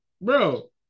bro